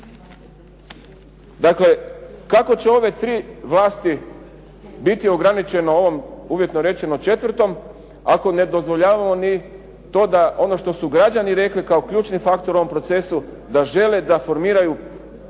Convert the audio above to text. Dakle, kako će ove tri vlasti biti ograničene na ovom, uvjetno rečeno četvrtom ako ne dozvoljavamo niti to da ono što su građani rekli kao ključni faktor u ovom procesu, da žele da formiraju, da se odjele